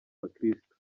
bakirisitu